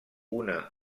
una